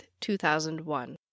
2001